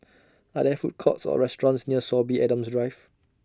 Are There Food Courts Or restaurants near Sorby Adams Drive